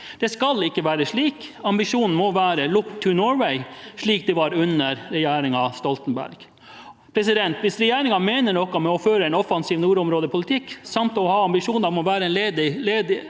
Det skal ikke være slik – ambisjonen må være «Look to Norway», slik det var under regjeringen Stoltenberg. Hvis regjeringen mener noe med å føre en offensiv nordområdepolitikk, samt å ha ambisjoner om å være en ledende